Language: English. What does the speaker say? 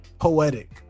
Poetic